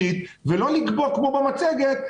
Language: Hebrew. ולא לעשות זאת כמו במצגת,